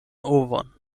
ovon